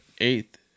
eighth